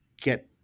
get